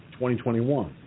2021